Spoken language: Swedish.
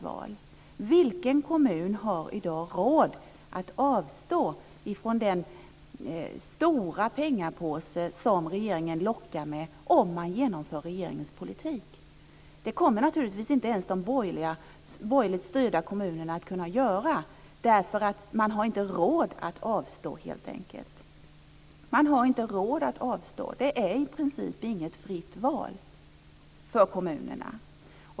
Vilken kommun har i dag råd att avstå ifrån den stora pengapåse som regeringen lockar med om man genomför regeringens politik? Inte ens de borgerligt styrda kommunerna kommer att kunna göra det, eftersom de helt enkelt inte har råd att avstå. Det är i princip inget fritt val för kommunerna.